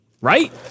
Right